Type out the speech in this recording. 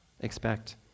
expect